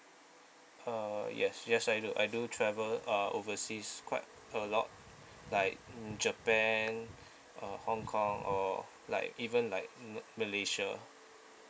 uh yes yes I do I do travel uh overseas quite a lot like mm japan uh hong kong or like even like mm malaysia